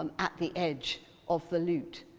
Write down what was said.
um at the edge of the lute.